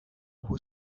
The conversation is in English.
who